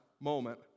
moment